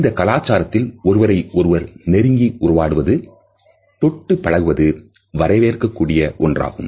இந்த கலாச்சாரத்தில் ஒருவரை ஒருவர் நெருங்கி உறவாடுவது தொட்டு பழகுவது வரவேற்கக் கூடிய ஒன்றாகும்